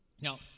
Now